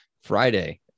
Friday